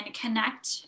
connect